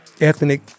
ethnic